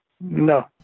No